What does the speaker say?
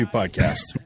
podcast